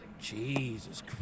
Jesus